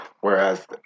whereas